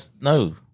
No